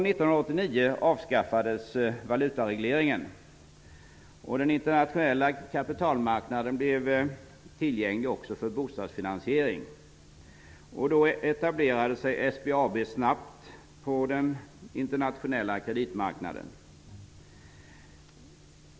Valutaregleringen avskaffades år 1989. Den internationella kapitalmarknaden blev tillgänglig också för bostadsfinansiering. SBAB etablerade sig då snabbt på den internationella kreditmarknaden.